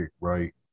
right